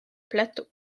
plateau